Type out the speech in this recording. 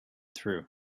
through